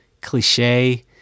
cliche